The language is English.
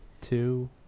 two